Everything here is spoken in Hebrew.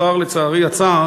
השר לצערי יצא,